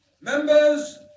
Members